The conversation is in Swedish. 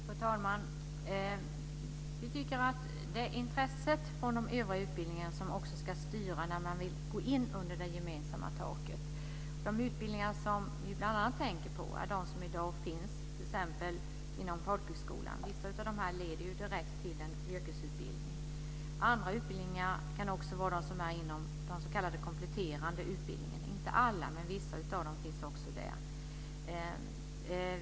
Fru talman! Det är intresset för övriga utbildningar som ska styra när man vill gå in under det gemensamma taket. De utbildningar som vi bl.a. tänker på är de som i dag finns t.ex. inom folkhögskolan. Vissa av utbildningarna leder direkt till en yrkesutbildning. Andra utbildningar kan vara inom den s.k. kompletterande utbildningen - vissa av dem finns där.